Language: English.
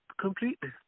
completely